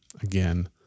again